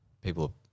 People